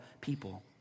people